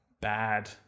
bad